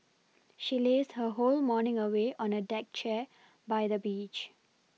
she lazed her whole morning away on a deck chair by the beach